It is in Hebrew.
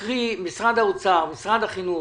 קרי, משרד האוצר, משרד החינוך,